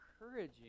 encouraging